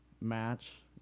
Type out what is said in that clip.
match